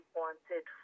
wanted